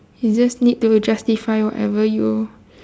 you just need to justify whatever you